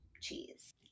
cheese